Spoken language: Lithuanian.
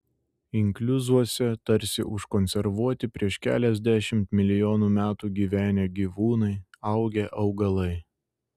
inkliuzuose tarsi užkonservuoti prieš keliasdešimt milijonų metų gyvenę gyvūnai augę augalai